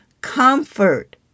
comfort